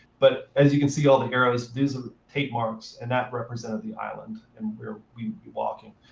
but as you can see, all the arrows, these are the tape marks, and that represented the island, and where we would be walking.